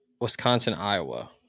Wisconsin-Iowa